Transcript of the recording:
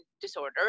disorder